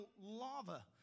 lava